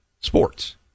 sports